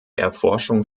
erforschung